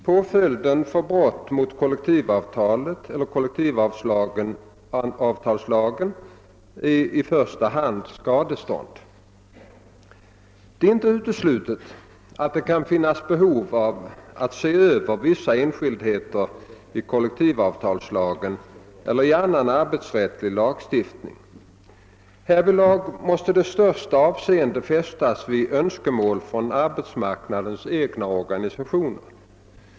Påföljden för brott mot kollektivavtal eller kollektivavtalslagen är i första hand skadestånd. Det är inte uteslutet att det kan finnas behov att se över vissa enskildheter i kollektivavtalslagen eller i annan arbetsrättslig lagstiftning. Härvidlag måste det största avseende fästas vid önskemål hos arbetsmarknadens egna organisationer.